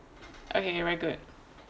okay very good